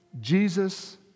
Jesus